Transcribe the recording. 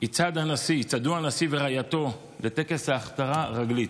יצעדו הנשיא ורעייתו לטקס ההכתרה רגלית.